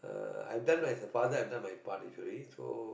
uh I've done as a father I've done my part actually so